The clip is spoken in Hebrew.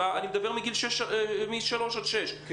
אני חידדתי עדיין, השורה התחתונה שאין,